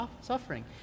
suffering